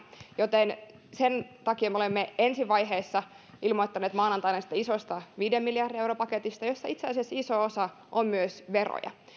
joten sen takia me olemme ensi vaiheessa maanantaina ilmoittaneet tästä isosta viiden miljardin euron paketista josta itse asiassa iso osa on myös veroja